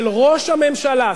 של ראש הממשלה,